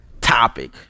topic